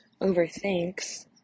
overthinks